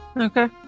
Okay